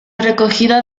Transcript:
recogida